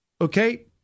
Okay